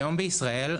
היום בישראל,